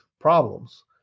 problems